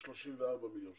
כ-34 מיליון שקלים.